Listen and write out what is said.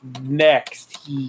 next